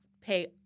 Pay